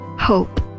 hope